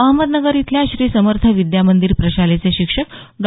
अहमदनगर इथल्या श्री समर्थ विद्या मंदिर प्रशालेचे शिक्षक डॉ